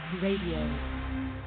Radio